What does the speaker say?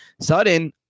Sudden